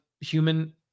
human